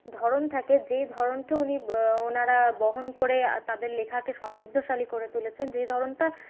ধরণ থাকে যে ধরণকে উনি ওনারা বহন করে তাদের লেখাকে সমৃদ্ধশালী করে তুলেছেন যে ধরণটা